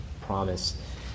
promise